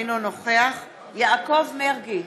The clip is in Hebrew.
אינו נוכח יעקב מרגי,